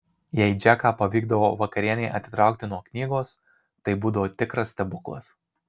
jei džeką pavykdavo vakarienei atitraukti nuo knygos tai būdavo tikras stebuklas